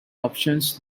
options